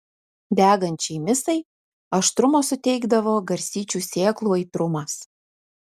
degančiai misai aštrumo suteikdavo garstyčių sėklų aitrumas